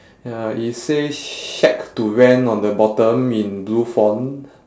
ya it says shack to rent on the bottom in blue font